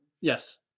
Yes